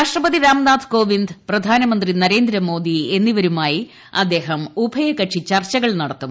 രാഷ്ട്രപതി രാംനാഥ് കോവിന്ദ് പ്രധാനമന്ത്രി നരേന്ദ്രമോദി എന്നിവരുമായി അദ്ദേഹം ഉഭയകക്ഷി ചർച്ചകൾ നടത്തും